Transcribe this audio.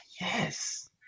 Yes